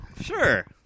Sure